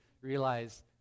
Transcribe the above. realize